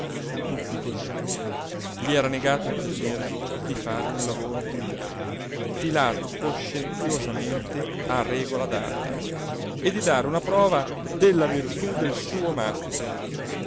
tutti così gli era negato il piacere di fare un lavoro pulito filato coscienziosamente a regola d'arte e di dare una prova della virtù del suo mastice